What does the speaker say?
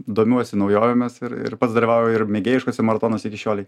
domiuosi naujovėmis ir ir pats dalyvauju ir mėgėjiškuose maratonuose iki šiolei